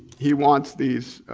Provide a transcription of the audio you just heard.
he wants these